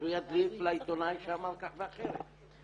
אז הוא ידליף לעיתונאי שאמר כך ואחרת.